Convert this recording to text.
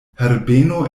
herbeno